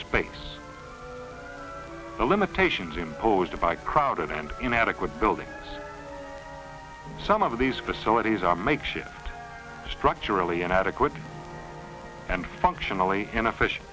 space the limitations imposed by crowded and inadequate buildings some of these facilities are makeshift structurally inadequate and functionally an offici